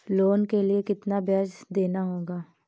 Loan के लिए कितना ब्याज देना होगा?